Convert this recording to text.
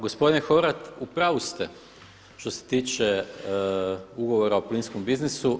Gospodine Horvat, u pravu ste što se tiče ugovora o plinskom biznisu.